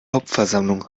hauptversammlung